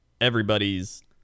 everybody's